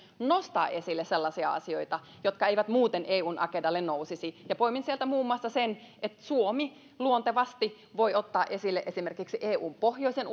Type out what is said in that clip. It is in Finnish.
nostaa esille sellaisia asioita jotka eivät muuten eun agendalle nousisi poimin sieltä muun muassa sen että suomi luontevasti voi ottaa esille esimerkiksi eun pohjoisen